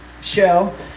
show